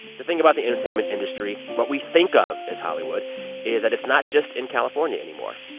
the thing about the entertainment industry what we think of as hollywood is that it's not just in california anymore.